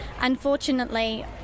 unfortunately